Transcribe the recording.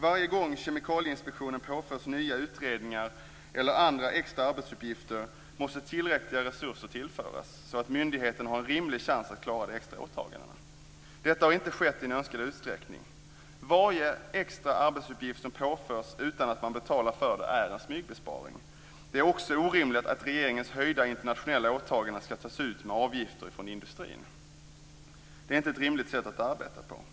Varje gång Kemikalieinspektionen påförs nya utredningar eller andra extra arbetsuppgifter måste tillräckliga resurser tillföras så att myndigheten har en rimlig chans att klara de extra åtagandena. Detta har inte skett i önskad utsträckning. Varje extra arbetsuppgift som påförs utan att man betalar för det är en smygbesparing. Det är också orimligt att regeringens höjda kostnader för internationella åtaganden ska finansieras genom avgifter från industrin. Det är inte ett rimligt sätt att arbeta på.